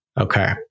okay